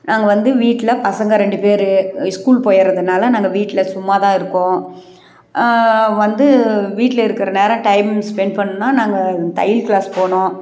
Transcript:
நாங்கள் வந்து வீட்டில் பசங்க ரெண்டு பேர் ஸ்கூல் போயிடுறதுனால நாங்கள் வீட்டில் சும்மாதான் இருக்கோம் வந்து வீட்டில் இருக்கிற நேரம் டைம் ஸ்பெண்ட் பண்ணால் நாங்கள் தையல் க்ளாஸ் போனோம்